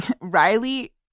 Riley